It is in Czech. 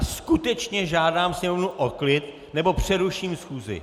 Skutečně žádám sněmovnu o klid, nebo přeruším schůzi!